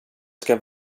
ska